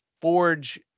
forge